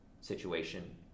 situation